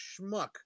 schmuck